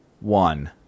one